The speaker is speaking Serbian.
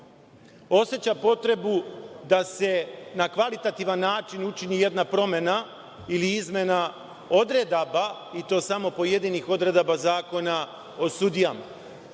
oseća potrebu da se na kvalitativan način učini jedna promena ili izmena odredaba, i to samo pojedinih odredaba Zakona o sudijama.